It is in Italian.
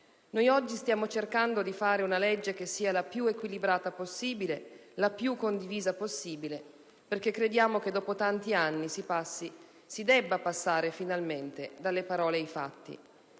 Noi oggi stiamo cercando di fare una legge che sia la più equilibrata possibile, la più condivisa possibile perché crediamo che, dopo tanti anni, si debba passare finalmente dalle parole ai fatti,